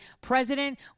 President